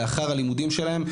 לאחר הלימודים שלהם,